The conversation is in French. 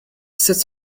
sept